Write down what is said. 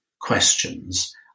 questions